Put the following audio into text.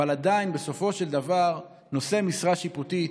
אבל עדיין, בסופו של דבר, נושאי משרה שיפוטית